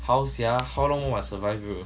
how sia how long will survive you